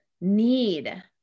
need